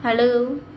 hello